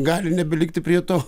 gali nebelikti prie to